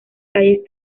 calles